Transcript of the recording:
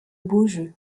beaujeu